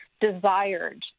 desired